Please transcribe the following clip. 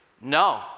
No